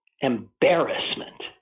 embarrassment